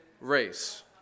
race